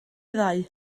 ddau